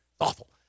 Awful